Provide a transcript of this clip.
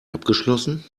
abgeschlossen